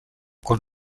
con